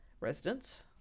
residents